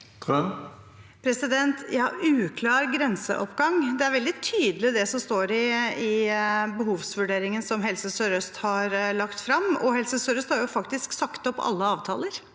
Til det med «uklar grenseoppgang»: Det er veldig tydelig, det som står i behovsvurderingen som Helse sør-øst har lagt fram, og Helse sør-øst har faktisk sagt opp alle avtaler